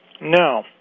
No